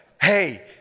hey